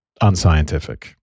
unscientific